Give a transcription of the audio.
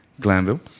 Glanville